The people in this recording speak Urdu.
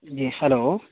جی ہیلو